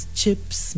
chips